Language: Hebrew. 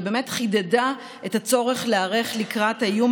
ובאמת חידדה את הצורך להיערך לקראת האיום